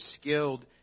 skilled